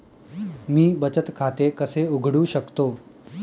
मी बचत खाते कसे उघडू शकतो?